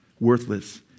worthless